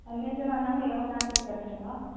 अन्यजनान् नाम यवनान् इत्यर्थः वा